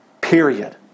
period